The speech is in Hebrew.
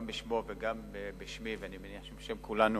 גם בשמו וגם בשמי, ואני מניח שבשם כולנו,